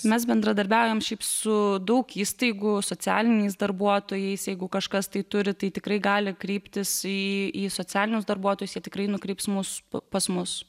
mes bendradarbiaujame šiaip su daug įstaigų socialiniais darbuotojais jeigu kažkas tai turi tai tikrai gali kreiptis į į socialinius darbuotojus jie tikrai nukreips mus pas mus